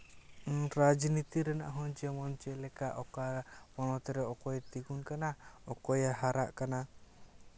ᱨᱟᱡᱽᱼᱱᱤᱛᱤ ᱨᱮᱱᱟᱜ ᱦᱚᱸ ᱡᱮᱢᱚᱱ ᱪᱮᱫ ᱞᱮᱠᱟ ᱚᱠᱟ ᱯᱚᱱᱚᱛ ᱨᱮ ᱚᱠᱚᱭ ᱛᱤᱸᱜᱩᱱ ᱠᱟᱱᱟ ᱚᱠᱚᱭᱮ ᱦᱟᱨᱟᱜ ᱠᱟᱱᱟ